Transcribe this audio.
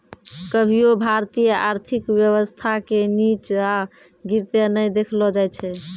कभियो भारतीय आर्थिक व्यवस्था के नींचा गिरते नै देखलो जाय छै